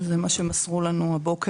זה מה שמסרו לנו הבוקר.